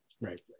Right